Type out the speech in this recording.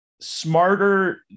smarter